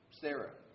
Sarah